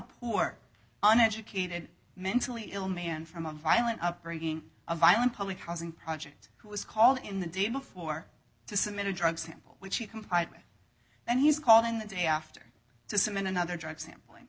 poor uneducated mentally ill man from a violent upbringing a violent public housing project who was called in the day before to submit a drug sample which he complied with and he's called in the day after to summon another drug sampling